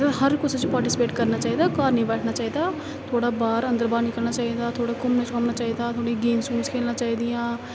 हर कुसै च पार्टिस्पेट करना चाहिदा घर निं बैठना चाहिदा थोह्ड़ा बाह्र अंदर बाह्र निकलना चाहिदा थोह्ड़ा घूमने शुमना चाहिदा थोह्ड़ी गेम्स गूम्स खेलना चाहिदियां